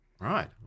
Right